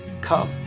come